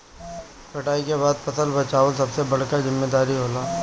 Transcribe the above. कटाई के बाद फसल बचावल सबसे बड़का जिम्मेदारी होला